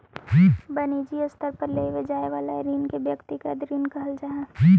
वनिजी स्तर पर लेवे जाए वाला ऋण के व्यक्तिगत ऋण कहल जा हई